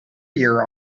year